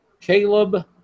Caleb